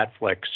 Netflix